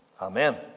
Amen